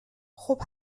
خوب